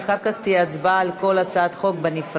ואחר כך תהיה הצבעה על כל הצעת חוק בנפרד.